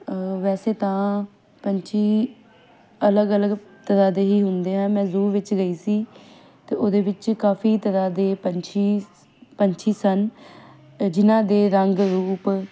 ਵੈਸੇ ਤਾਂ ਪੰਛੀ ਅਲਗ ਅਲਗ ਤਰ੍ਹਾਂ ਦੇ ਹੀ ਹੁੰਦੇ ਆ ਮੈਂ ਜੂਹ ਵਿੱਚ ਗਈ ਸੀ ਅਤੇ ਉਹਦੇ ਵਿੱਚ ਕਾਫੀ ਤਰ੍ਹਾਂ ਦੇ ਪੰਛੀ ਪੰਛੀ ਸਨ ਜਿਨ੍ਹਾਂ ਦੇ ਰੰਗ ਰੂਪ